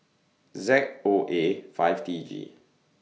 Z O A five T G